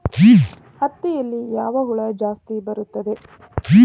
ಹತ್ತಿಯಲ್ಲಿ ಯಾವ ಹುಳ ಜಾಸ್ತಿ ಬರುತ್ತದೆ?